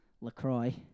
LaCroix